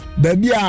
baby